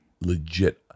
legit